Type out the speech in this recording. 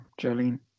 Jolene